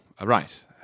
right